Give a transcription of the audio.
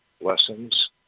lessons